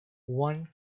one